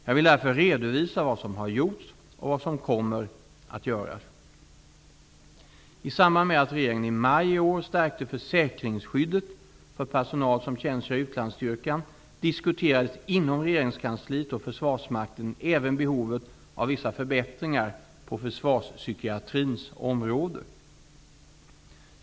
Jag vill därför redovisa vad som har gjorts och vad som kommer att göras. I samband med att regeringen i maj i år stärkte försäkringsskyddet för personal som tjänstgör i utlandsstyrkan diskuterades inom regeringskansliet och försvarsmakten även behovet av vissa förbättringar på försvarspsykiatrins område.